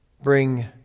bring